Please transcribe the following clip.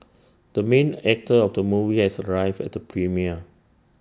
the main actor of the movie has arrived at the premiere